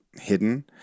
hidden